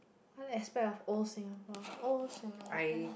can't expect of old Singapore old Singapore